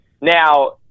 Now